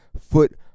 foot